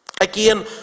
Again